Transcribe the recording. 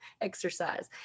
exercise